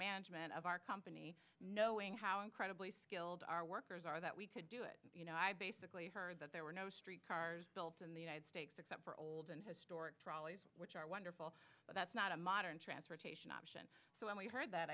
management of our company knowing how incredibly skilled our workers are that we could do it you know i basically heard that there were no street cars built in the united states except for old and historic trolleys which are wonderful but that's not a modern transportation option so when we heard that